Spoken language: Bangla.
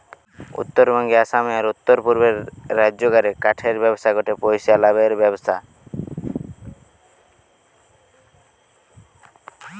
উত্তরবঙ্গে, আসামে, আর উততরপূর্বের রাজ্যগা রে কাঠের ব্যবসা গটে পইসা লাভের ব্যবসা